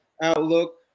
outlook